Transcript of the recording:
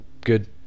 good